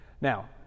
Now